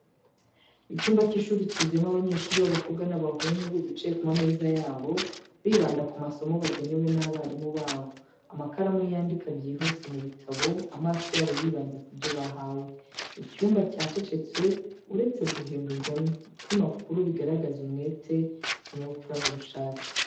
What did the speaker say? Icyumba cy’ishuri cyuzuyemo abanyeshuri b'abakobwa n'abahungu bicaye ku mameza yabo, bibanda ku masomo bagenewe n'abarimu babo, amakaramu yandika byihuse mu bitabo, amaso yabo yibanze ku byo bahawe. Icyumba cyacecetse uretse guhindurwa kw’impapuro, bigaragaza umwete, ikinyabupfura n'ubushake.